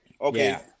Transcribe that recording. Okay